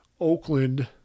Oakland